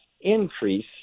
increase